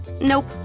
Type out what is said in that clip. Nope